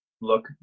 look